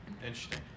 interesting